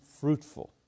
fruitful